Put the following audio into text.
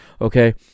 okay